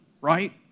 right